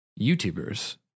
YouTubers